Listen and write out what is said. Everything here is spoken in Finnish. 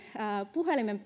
puhelimen